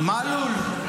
--- מלול.